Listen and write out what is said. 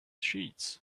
sheets